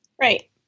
Right